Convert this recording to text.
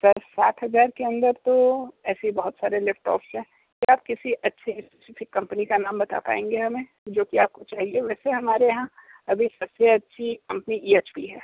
sir साठ हज़ार के अंदर तो ऐसे बहुत सारे लैपटॉप्स हैं क्या आप किसी अच्छी स्पेसिफिक कंपनी का नाम बता पाएंगे हमें जो कि आपको चाहिए वैसे हमारे यहां अभी सबसे अच्छी कंपनी एच पी है